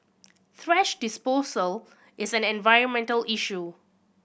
thrash disposal is an environmental issue